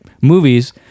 movies